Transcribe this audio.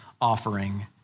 offering